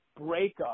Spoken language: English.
breakup